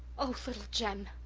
oh little jem,